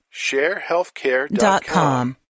Sharehealthcare.com